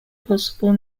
possible